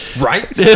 right